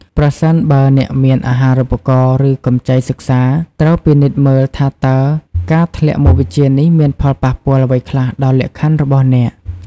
ប្រសិនបើអ្នកមានអាហារូបករណ៍ ឬកម្ចីសិក្សា ត្រូវពិនិត្យមើលថាតើការធ្លាក់មុខវិជ្ជានេះមានផលប៉ះពាល់អ្វីខ្លះដល់លក្ខខណ្ឌរបស់អ្នក។